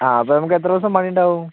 ആ അപ്പം നമുക്കെത്ര ദിവസം പണിയുണ്ടാവും